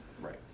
Right